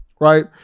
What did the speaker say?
right